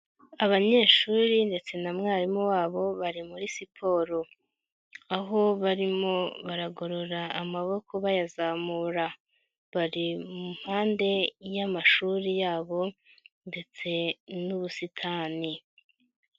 Abanyeshuri ndetse na mwarimu wabo bari muri siporo. Aho barimo baragorora amaboko bayazamura. Bari mu mpande y'amashuri yabo ndetse n'ubusitani.